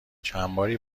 چندباری